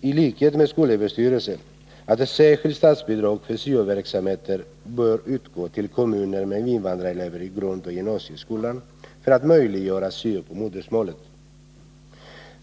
i likhet med skolöverstyrelsen att ett särskilt statsbidrag för syo-verksamheten bör utgå till kommuner med invandrarelever i grundoch gymnasieskolan, för att möjliggöra syo på modersmålet.